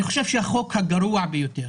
אני חושב שהחוק הגרוע ביותר,